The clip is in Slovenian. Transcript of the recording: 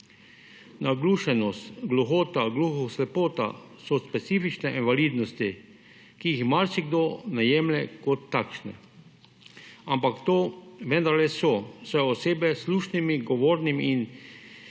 Naglušnost, gluhota, gluhoslepota so specifične invalidnosti, ki jih marsikdo ne jemlje kot takšne, ampak to vendarle so, saj osebe s slušnimi, govornimi in